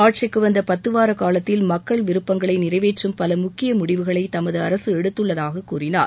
ஆட்சிக்கு வந்த பத்துவார காலத்தில் மக்கள் விருப்பங்களை நிறைவேற்றும் பல முக்கிய முடிவுகளை தமது அரசு எடுத்துள்ளதாக கூறினார்